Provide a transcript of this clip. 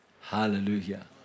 Hallelujah